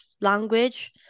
language